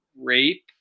rape